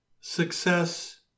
success